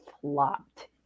flopped